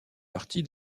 partie